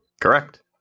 correct